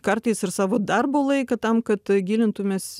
kartais ir savo darbo laiką tam kad gilintumes